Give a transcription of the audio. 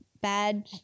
bad